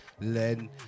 Len